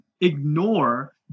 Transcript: ignore